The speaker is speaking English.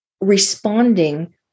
responding